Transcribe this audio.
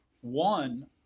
One